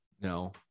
no